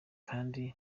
kandi